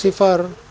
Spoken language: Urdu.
صفر